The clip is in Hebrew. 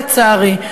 לצערי.